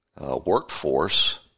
workforce